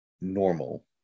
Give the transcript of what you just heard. normal